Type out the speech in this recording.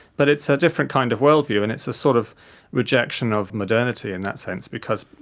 but it's a different kind of world view and it's a sort of rejection of modernity in that sense because,